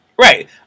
Right